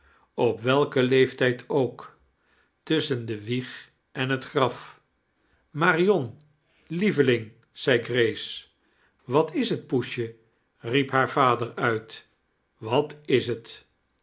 op welken leeftijd ook tusschen de wieg en het graf marion lieveling zei grace wat is t poesje xiep haar vader uit wat is t